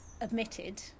admitted